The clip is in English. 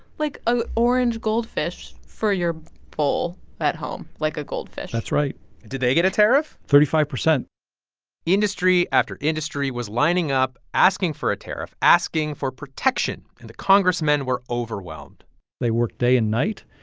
like an orange goldfish for your bowl at home like a goldfish that's right did they get a tariff? thirty-five percent industry after industry was lining up, asking for a tariff, asking for protection, and the congressmen were overwhelmed they worked day and night.